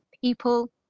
people